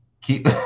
keep